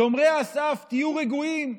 שומרי הסף, תהיו רגועים,